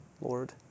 Lord